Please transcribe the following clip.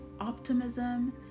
optimism